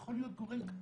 יכול להיות גורם קטנצ'יק.